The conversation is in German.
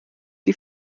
die